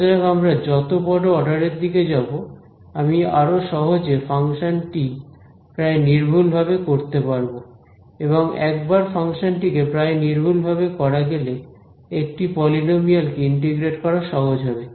সুতরাং আমরা যত বড় অর্ডারের দিকে যাব আমি আরো সহজে ফাংশনটি প্রায় নির্ভুলভাবে করতে পারব এবং একবার ফাংশনটি কে প্রায় নির্ভুলভাবে করা গেলে একটি পলিনোমিয়াল কে ইন্টিগ্রেট করা সহজ হবে